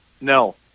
No